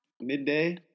midday